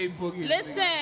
Listen